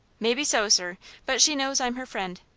maybe so, sir but she knows i'm her friend.